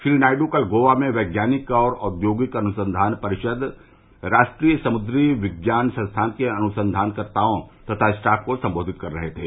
श्री नायडू कल गोवा में वैज्ञानिक और औद्योगिक अनुसंधान परिषद राष्ट्रीय समुद्री विज्ञान संस्थान के अनुसंधानकर्ताओं तथा स्टॉफ को संबोधित कर रहे थे